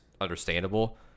understandable